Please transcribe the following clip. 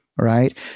right